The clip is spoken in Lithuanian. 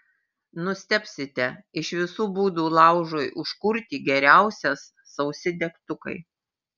nustebsite iš visų būdų laužui užkurti geriausias sausi degtukai